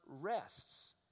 rests